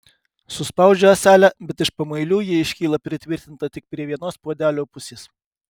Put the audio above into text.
suspaudžiu ąselę bet iš pamuilių ji iškyla pritvirtinta tik prie vienos puodelio pusės